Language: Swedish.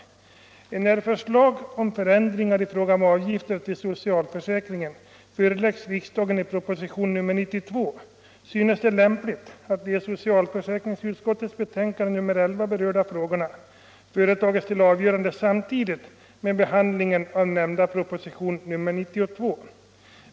Enär förslag om förändringar i fråga om avgifter till socialförsäkringen föreläggs riksdagen i proposition nr 92, synes det lämpligt att de i socialförsäkringsutskottets betänkande nr 11 berörda frågorna företas till avgörande samtidigt med behandlingen av nämnda proposition nr 92.